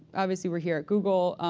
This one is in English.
obviously, we're here at google.